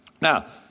Now